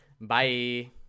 bye